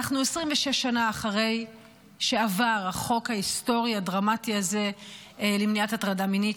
אנחנו 26 שנה אחרי שעבר החוק ההיסטורי הדרמטי הזה למניעת הטרדה מינית,